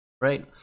right